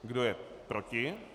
Kdo je proti?